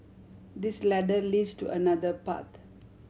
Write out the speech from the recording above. this ladder leads to another path